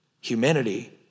humanity